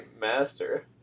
master